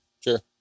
Sure